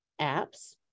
apps